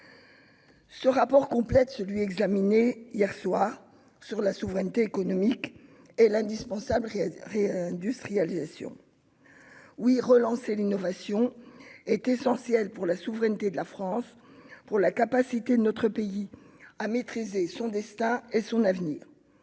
d'information complète celui qui a été examiné hier soir sur la souveraineté économique et l'indispensable réindustrialisation. Oui, relancer l'innovation est essentiel pour la souveraineté de la France et pour la capacité de notre pays à maîtriser son destin et son avenir.